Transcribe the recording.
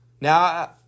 Now